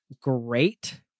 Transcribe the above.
great